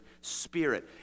spirit